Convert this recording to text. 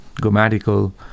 grammatical